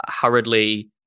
hurriedly